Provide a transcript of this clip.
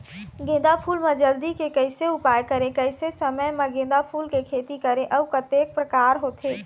गेंदा फूल मा जल्दी के कैसे उपाय करें कैसे समय मा गेंदा फूल के खेती करें अउ कतेक प्रकार होथे?